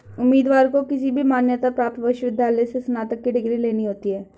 उम्मीदवार को किसी भी मान्यता प्राप्त विश्वविद्यालय से स्नातक की डिग्री लेना होती है